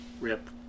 RIP